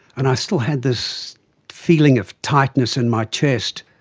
and i still had this feeling of tightness in my chest.